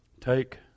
Take